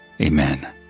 amen